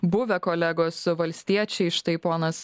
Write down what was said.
buvę kolegos valstiečiai štai ponas